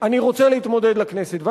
אני רוצה להתמודד לכנסת.